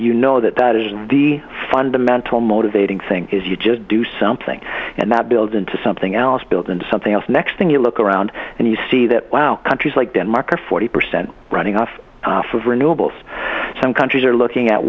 you know that that is the fundamental motivating thing is you just do something and that builds into something else built into something else next thing you look around and you see that wow countries like denmark are forty percent running off of renewables some countries are looking at